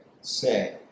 say